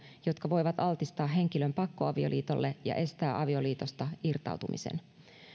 jotka voivat altistaa henkilön pakkoavioliitolle ja estää avioliitosta irtautumisen